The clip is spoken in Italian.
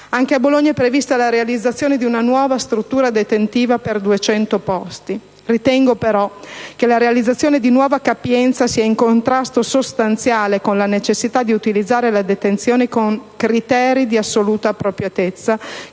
Anche a Bologna è prevista la realizzazione di una nuova struttura detentiva per 200 posti. Ritengo però che la realizzazione di nuova capienza sia in contrasto sostanziale con la necessità di utilizzare la detenzione con criteri di assoluta appropriatezza,